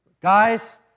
guys